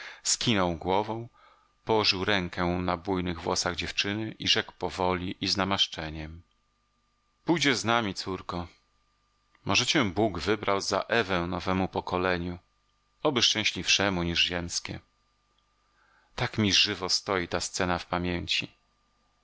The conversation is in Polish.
skinął głową położył rękę na bujnych włosach dziewczyny i rzekł powoli i z namaszczeniem pójdziesz z nami córko może cię bóg wybrał za ewę nowemu pokoleniu oby szczęśliwszemu niż ziemskie tak mi żywo stoi ta scena w pamięci